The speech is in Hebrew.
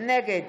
נגד